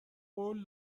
قول